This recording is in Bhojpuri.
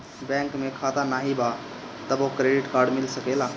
बैंक में खाता नाही बा तबो क्रेडिट कार्ड मिल सकेला?